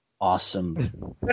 awesome